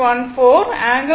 Z 14